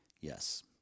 yes